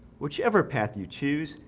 whichever path you choose.